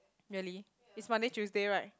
really is Monday Tuesday right